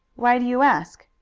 why do you ask?